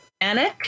Anik